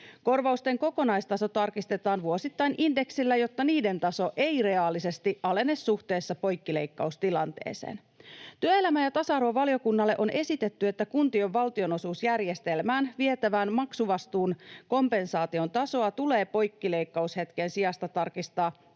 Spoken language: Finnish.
Korvausten kokonaistaso tarkistetaan vuosittain indeksillä, jotta niiden taso ei reaalisesti alene suhteessa poikkileikkaustilanteeseen. Työelämä- ja tasa-arvovaliokunnalle on esitetty, että kuntien valtionosuusjärjestelmään vietävän maksuvastuun kompensaation tasoa tulee poikkileikkaushetken sijasta tarkistaa